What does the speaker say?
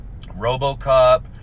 RoboCop